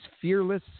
fearless